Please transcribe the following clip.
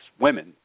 women